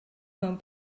mewn